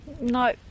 No